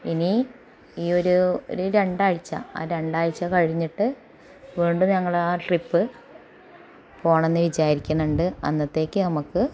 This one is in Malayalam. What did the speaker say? ഇനി ഈയൊരു രു രണ്ടാഴ്ച്ച ആ രണ്ടാഴ്ച്ച കഴിഞ്ഞിട്ട് വീണ്ടും ഞങ്ങൾ ആ ട്രിപ്പ് പോകണമെന്ന് വിചാരിക്കുന്നുണ്ട് അന്നത്തേക്ക് നമുക്ക്